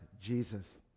Jesus